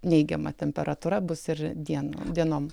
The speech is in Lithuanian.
neigiama temperatūra bus ir dieną dienom